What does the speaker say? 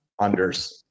unders